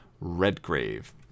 Redgrave